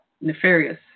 nefarious